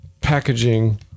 packaging